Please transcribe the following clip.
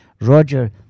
Roger